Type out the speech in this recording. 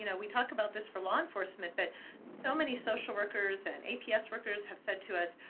you know we talk about this for law enforcement that so many social workers and aps workers have said to us,